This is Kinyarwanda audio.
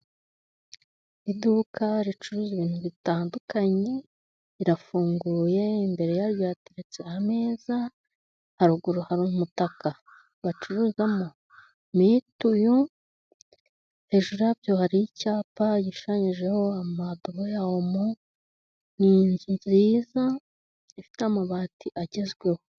Iduka ricuruza ibintu bitandukanye rirafunguye imbere yaryo hateretse ameza, haruguru hari umutaka bacuruzamo mitiyu, hejuru yabyo hari icyapa gishushanyijeho amadobo ya omo. Ni inzu nziza ifite amabati agezweho.